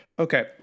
Okay